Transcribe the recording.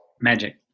Magic